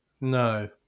No